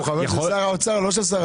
שתי